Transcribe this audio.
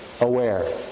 aware